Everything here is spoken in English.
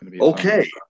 okay